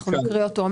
אנחנו נקריא אותו,